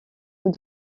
coup